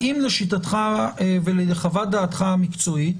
האם לשיטתך ולחוות דעתך המקצועית